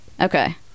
Okay